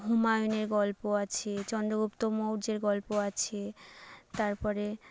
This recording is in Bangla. হুমায়ুনে গল্প আছে চন্দ্রগুপ্ত মৌর্যের গল্প আছে তারপরে